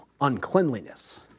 uncleanliness